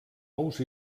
ous